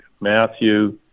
Matthew